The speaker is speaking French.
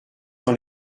dans